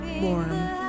warm